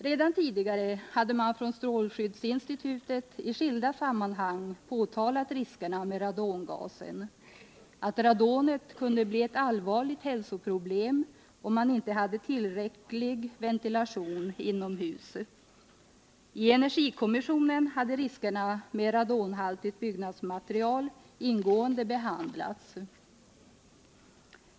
Redan förut hade strålskyddsinstitutet i skilda sammanhang påtalat riskerna med radongasen: att radonet kunde bli ett allvarligt hälsoproblem om man inte hade tillräcklig ventilation inom husen. I energikommissionen har riskerna med radonhaltigt byggnadsmaterial ingående behandlats.